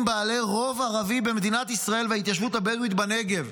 בעלי רוב ערבי במדינת ישראל וההתיישבות הבדואית בנגב.